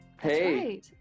Hey